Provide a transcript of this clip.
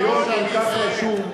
ביום כל כך חשוב,